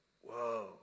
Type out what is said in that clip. Whoa